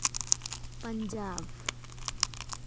Punjab